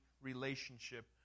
relationship